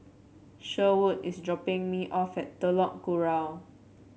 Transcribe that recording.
Sherwood is dropping me off at Telok Kurau